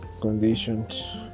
conditions